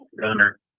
gunner